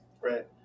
right